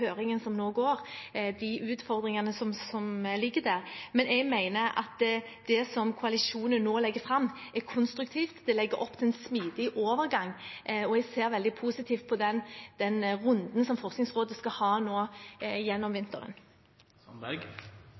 høringen som skal foregå, de utfordringene som ligger der. Men jeg mener at det som koalisjonen nå legger fram, er konstruktivt. Det legger opp til en smidig overgang, og jeg ser veldig positivt på den runden som Forskningsrådet skal ha nå gjennom